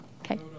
Okay